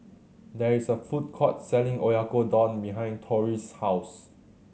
there is a food court selling Oyakodon behind Torie's house